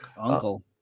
uncle